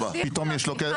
פתאום יש לו כסף?